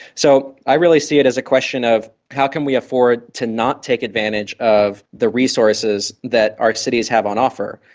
so i really see it as a question of how can we afford to not take advantage of the resources that our cities have on offer.